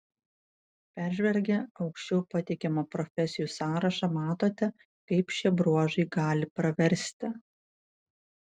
peržvelgę aukščiau pateikiamą profesijų sąrašą matote kaip šie bruožai gali praversti